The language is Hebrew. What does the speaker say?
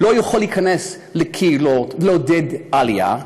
לא יכולה להיכנס לקהילות לעודד עלייה.